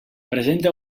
presenta